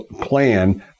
plan